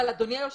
ראש,